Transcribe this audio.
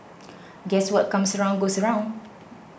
guess what comes around goes around